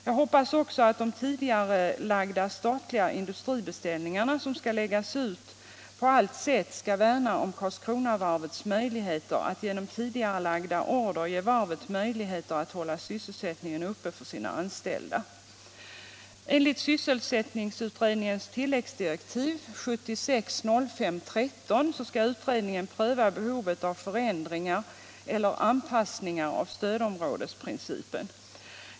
Jag hoppas också att de tidigarelagda statliga industribeställningar som skall läggas ut på allt sätt skall värna om att ge Karlskronavarvet möjlighet att behålla sysselsättningen för sina anställda. Enligt sysselsättningens tilläggsdirektiv 76-05-13 skall utredningen pröva behovet av förändringar eller anpassningar av stödområdesprincipen.